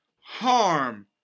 harm